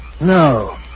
No